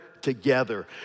together